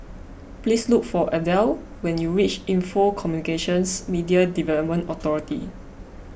please look for Adele when you reach Info Communications Media Development Authority